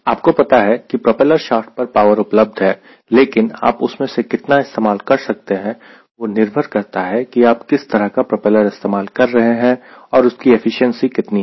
आपको पता है कि प्रोपेलर शाफ्ट पर पावर उपलब्ध है लेकिन आप उसमें से कितना इस्तेमाल कर सकते हैं वह निर्भर करता है कि आप किस तरह का प्रोपेलर इस्तेमाल कर रहे हैं और उसकी एफिशिएंसी कितनी है